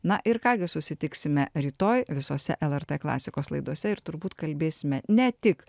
na ir ką gi susitiksime rytoj visose lrt klasikos laidose ir turbūt kalbėsime ne tik